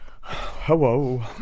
Hello